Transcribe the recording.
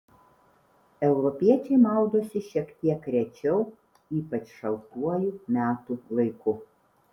europiečiai maudosi šiek tiek rečiau ypač šaltuoju metų laiku